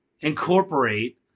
incorporate